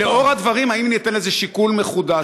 לאור הדברים, האם יינתן שיקול מחודש?